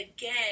again